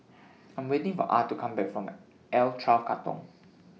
I Am waiting For Ah to Come Back from L twelve Katong